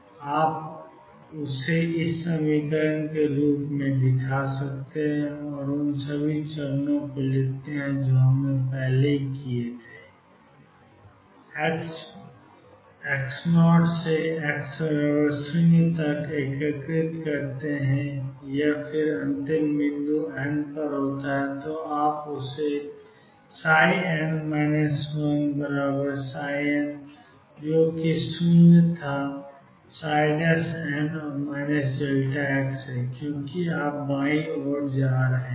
तो आप i1i x और उन सभी चरणों को लिखते हैं जो हमने पहले किए थे और x0 से x0 तक एकीकृत करते हैं यह किया गया है कि अंतिम बिंदु N है तो आप N 1ψ जो कि 0 N है क्योंकि आप बाईं ओर जा रहे हैं